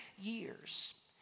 years